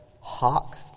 Hawk